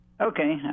Okay